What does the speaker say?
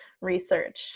research